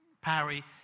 Parry